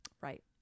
Right